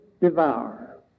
devour